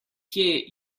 kje